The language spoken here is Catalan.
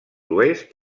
oest